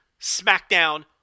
Smackdown